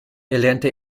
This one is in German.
erlernte